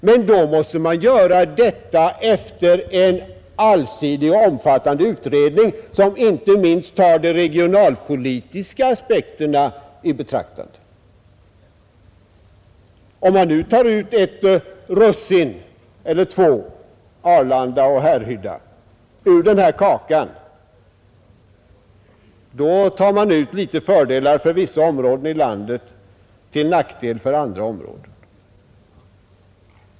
Men det måste man göra efter en allsidig och omfattande utredning som inte minst beaktar de regionalpolitiska aspekterna. Om man plockar ut ett russin eller två — Arlanda och Härryda — ur kakan, tar man ut fördelar för vissa områden i landet till nackdel för andra områden.